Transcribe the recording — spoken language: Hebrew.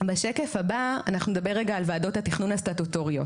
בשקף הבא אנחנו נדבר רגע על ועדות התכנון הסטטוטוריות.